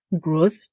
growth